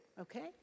okay